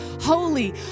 holy